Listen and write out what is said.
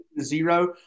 zero